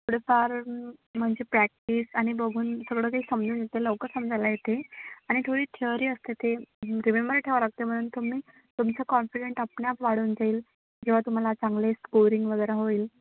थोडेफार म्हणजे प्रॅक्टिस आणि बघून सगळं काही समजून येते लवकर समजायला येते आणि थोडी थिअरी असते ते रिमेंबर ठेवावं लागते म्हणून तुम्ही तुमचं कॉन्फिडेंट आपण आप वाढून जाईल जेव्हा तुम्हाला चांगले स्कोरिंग वगैरे होईल